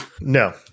No